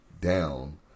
down